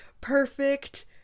perfect